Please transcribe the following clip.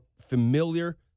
familiar